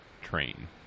train